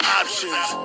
options